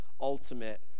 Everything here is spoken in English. ultimate